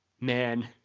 man